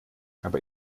aber